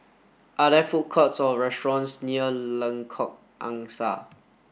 are there food courts or restaurants near Lengkok Angsa